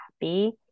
happy